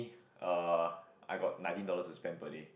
err I got nineteen dollars to spend per day